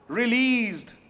released